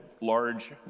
large